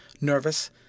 nervous